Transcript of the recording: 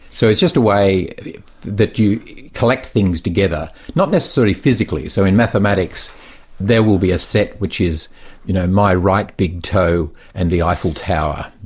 so it's just a way that you collect things together, not necessarily physically, so in mathematics there will be a set which is you know my right big toe and the eiffel tower,